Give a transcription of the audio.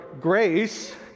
grace